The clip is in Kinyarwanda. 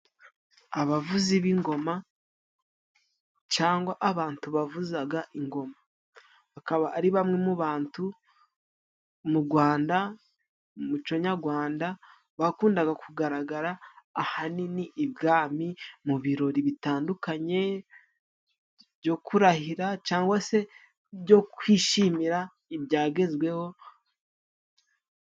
Abavuzi b'ingoma cyangwa abantu bavuza ingoma, akaba ari bamwe mu bantu mu Rwanda, mu muco nyarwanda bakundaga kugaragara ahanini ibwami, mu birori bitandukanye byo kurahira cyangwa se byo kwishimira ibyagezweho.